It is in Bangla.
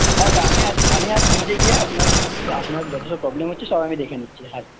হ্যাঁ স্যার আমি আজ আমি আজ নিজে গিয়ে আপনার আপনার যত সব প্রবলেম হচ্ছে সব আমি দেখে নিচ্ছি হ্যাঁ স্যার